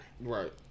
Right